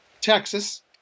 Texas